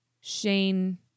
Shane